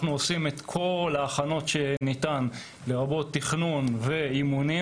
אנחנו עושים את כל ההכנות הניתנות לרבות תכנון ואימונים